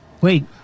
Wait